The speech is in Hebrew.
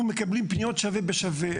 אנחנו מקבלים פניות שווה בשווה.